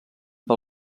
per